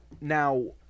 now